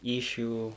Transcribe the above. issue